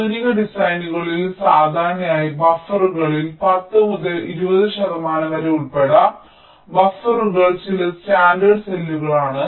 ആധുനിക ഡിസൈനുകളിൽ സാധാരണയായി ബഫറുകളിൽ 10 മുതൽ 20 ശതമാനം വരെ ഉൾപ്പെടാം ബഫറുകളും ചില സ്റ്റാൻഡേർഡ് സെല്ലുകളാണ്